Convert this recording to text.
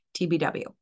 TBW